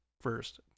first